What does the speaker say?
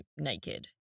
naked